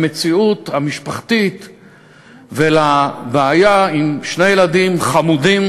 מעבר למציאות המשפחתית ולבעיה עם שני ילדים חמודים,